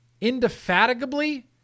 indefatigably